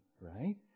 right